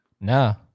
No